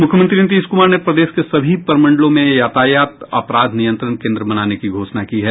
मुख्यमंत्री नीतीश क्मार ने प्रदेश के सभी प्रमंडलों में यातायात अपराध नियंत्रण केंद्र बनाने की घोषणा की है